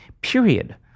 period